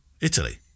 Italy